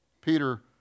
Peter